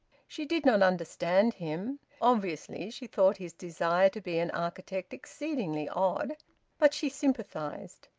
she did not understand him obviously she thought his desire to be an architect exceedingly odd but she sympathised.